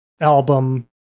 album